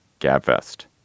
GABFEST